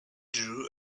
drew